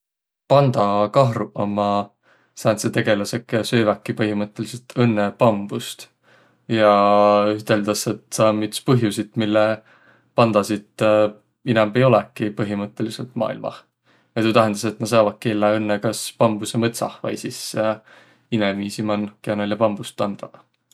Pandakahruq ommaq sääntseq tegeläseq, kiä sööväki põhimõttõlidsõlt õnnõ bambust. Ja üteldäs, et taa om üts põhjussit, et mille pandasit inämb ei olõki põhimõttõlidsõlt maailmah. Ja tuu tähendäs, et nä saavaki elläq õnnõ kas bambusõmõtsah vai sis inemiisi man, kiä näile bambust andvaq.